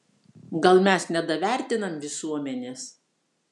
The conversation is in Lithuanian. gal mes nedavertinam visuomenės